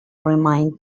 remind